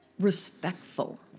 respectful